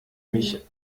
mich